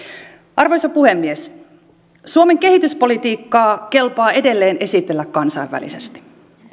arvoisa puhemies suomen kehityspolitiikkaa kelpaa edelleen esitellä kansainvälisesti